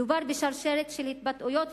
מדובר בשרשרת של התבטאויות,